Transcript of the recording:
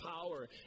power